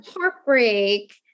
heartbreak